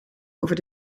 over